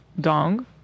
Dong